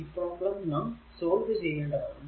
ഈ പ്രോബ്ലം നാം സോൾവ് ചെയ്യേണ്ടതാണ്